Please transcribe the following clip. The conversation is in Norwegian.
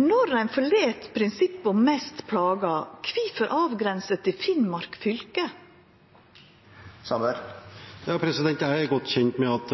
Når ein forlèt prinsippet om «mest plaga», kvifor avgrensa det til Finnmark fylke? Jeg er godt kjent med at